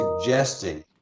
suggesting